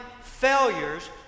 failures